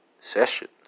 sessions